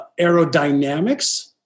aerodynamics